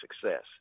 success